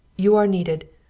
you are needed.